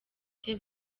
vice